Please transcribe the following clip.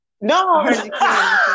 no